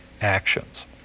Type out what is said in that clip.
actions